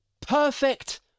perfect